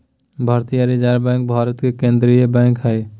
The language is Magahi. भारतीय रिजर्व बैंक भारत के केन्द्रीय बैंक हइ